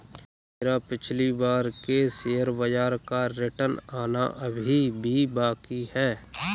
मेरा पिछली बार के शेयर बाजार का रिटर्न आना अभी भी बाकी है